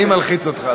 אני מלחיץ אותך?